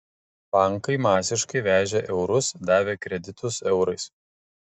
bankai masiškai vežė eurus davė kreditus eurais